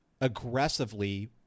aggressively